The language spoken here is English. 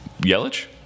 Yelich